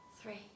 three